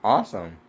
Awesome